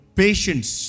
patience